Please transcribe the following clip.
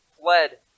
fled